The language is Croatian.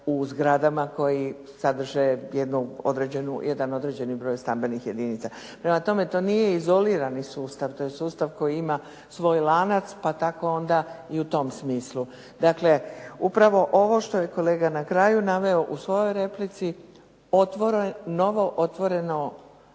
u zgradama koji sadrže jedan određeni broj stambenih jedinca. Prema tome, to nije izolirani sustav, to je sustav koji ima svoj lanac pa tako onda i u tom smislu. Dakle, upravo ovo što je kolega na kraju naveo u svojoj replici novo otvoreno